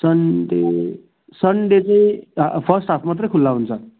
Sunday Sunday चाहिँ first half मात्रै खुल्ला हुन्छ